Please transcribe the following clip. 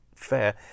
Fair